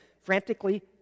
frantically